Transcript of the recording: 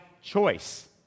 choice